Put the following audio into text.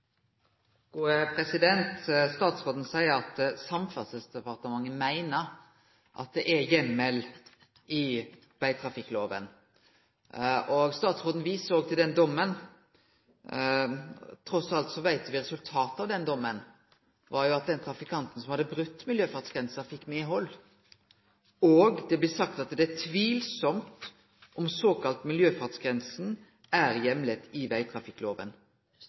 i vegtrafikkloven, og statsråden viser òg til den dommen. Trass alt veit me at resulatet av den dommen var at den trafikanten som hadde brote miljøfartsgrensa, fekk medhald. Det blei sagt at det er tvilsamt om den såkalla miljøfartsgrensa er heimla i vegtrafikkloven.